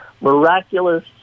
miraculous